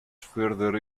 further